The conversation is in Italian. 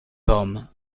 tom